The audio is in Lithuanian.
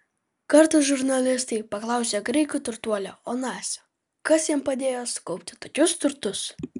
kartą žurnalistai paklausė graikų turtuolio onasio kas jam padėjo sukaupti tokius turtus